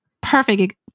Perfect